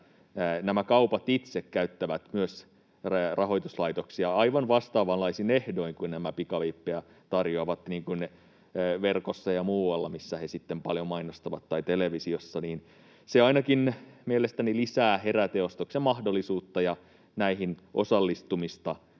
että kaupat itse käyttävät myös rahoituslaitoksia aivan vastaavanlaisin ehdoin kuin nämä, jotka pikavippejä tarjoavat verkossa tai televisiossa ja muualla, missä he paljon mainostavat. Se mielestäni ainakin lisää heräteostoksen mahdollisuutta ja näihin osallistumista,